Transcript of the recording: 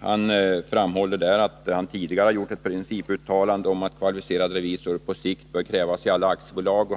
Han framhåller där att han tidigare har gjort ett principuttalande om att kvalificerad revisor på sikt bör krävas i alla aktiebolag.